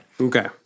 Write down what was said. Okay